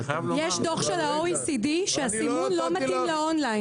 יש דוח של ה-OECD שהסימון לא מתאים לאונליין.